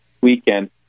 weekend